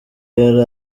yari